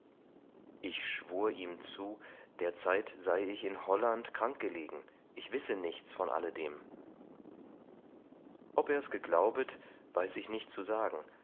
ich schwur ihm zu derzeit sei ich in holland krank gelegen ich wisse nichts von alledem ob er's geglaubet weiß ich nicht zu sagen